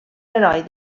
heroi